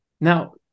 Now